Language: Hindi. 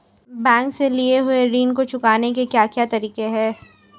बैंक से लिए हुए ऋण को चुकाने के क्या क्या तरीके हैं?